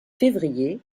février